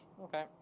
Okay